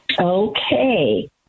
Okay